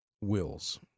wills